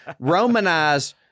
Romanize